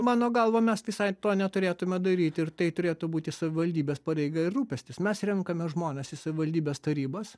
mano galva mes visai to neturėtume daryti ir tai turėtų būti savivaldybės pareiga ir rūpestis mes renkame žmones į savivaldybės tarybas